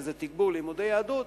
שזה תגבור לימודי יהדות,